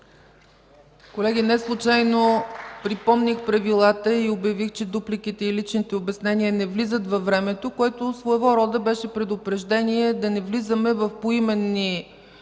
Колеги, неслучайно припомних правилата и обявих, че дупликите и личните обяснения не влизат във времето, което своего рода беше предупреждение да не влизаме в поименни